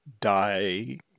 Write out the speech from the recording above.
die